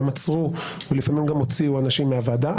הם עצרו ולפעמים גם הוציאו אנשים מהוועדה.